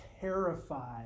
terrified